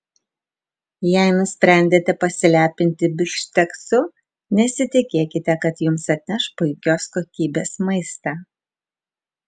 jei nusprendėte pasilepinti bifšteksu nesitikėkite kad jums atneš puikios kokybės maistą